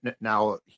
now